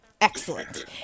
excellent